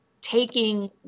taking